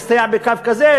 להסתייע בקו כזה,